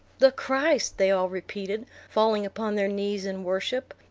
the christ! they all repeated, falling upon their knees in worship.